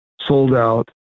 sold-out